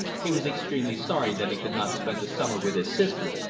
he was extremely sorry that he could not spend the summer with his sister,